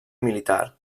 militar